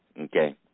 Okay